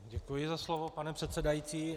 Děkuji za slovo, pane předsedající.